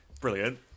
brilliant